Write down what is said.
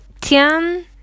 Tian